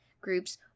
groups